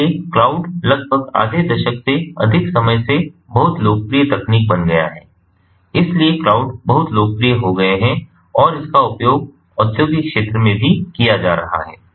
इसलिए क्लाउड लगभग आधे दशक से अधिक समय से बहुत लोकप्रिय तकनीक बन गया है इसलिए क्लाउड बहुत लोकप्रिय हो गए हैं और इसका उपयोग औद्योगिक क्षेत्र में भी किया जा रहा है